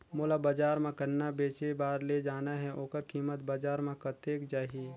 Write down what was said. मोला बजार मां गन्ना बेचे बार ले जाना हे ओकर कीमत बजार मां कतेक जाही?